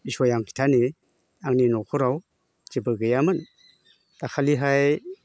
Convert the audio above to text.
बिसय आं खिथानि आंनि नखराव जेबो गैयामोन दाखालिहाय